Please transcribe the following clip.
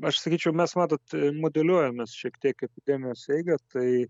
aš sakyčiau mes matot modeliuojam mes šiek tiek epidemijos eigą tai